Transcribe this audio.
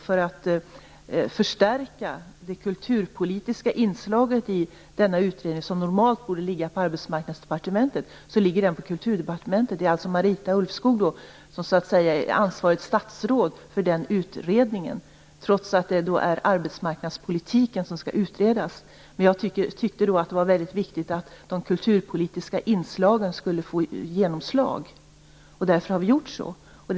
För att förstärka det kulturpolitiska inslaget i denna utredning, som normalt borde ligga på Arbetsmarknadsdepartementet, har den förlagts till Kulturdepartementet. Det är alltså Marita Ulvskog som är ansvarigt statsråd för utredningen, trots att det är arbetsmarknadspolitiken som skall utredas. Jag tyckte att det var väldigt viktigt att de kulturpolitiska inslagen skulle få genomslag, och vi har därför gjort så här.